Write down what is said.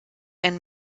ein